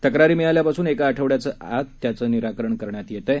तक्रारी मिळाल्यापासून एक आठवङ्याच्या आत त्यांचं निराकरण करण्यात आलं आहे